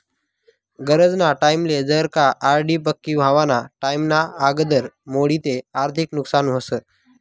गरजना टाईमले जर का आर.डी पक्की व्हवाना टाईमना आगदर मोडी ते आर्थिक नुकसान व्हस